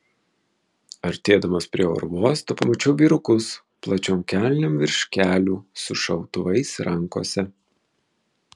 artėdamas prie oro uosto pamačiau vyrukus plačiom kelnėm virš kelių su šautuvais rankose